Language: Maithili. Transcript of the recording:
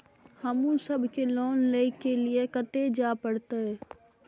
हमू सब के लोन ले के लीऐ कते जा परतें?